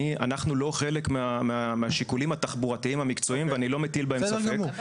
אנחנו לא חלק מהשיקולים התחבורתיים המקצועיים ואני לא מטיל בהן ספק.